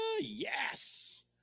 yes